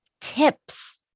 tips